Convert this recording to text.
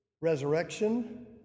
Resurrection